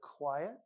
quiet